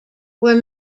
were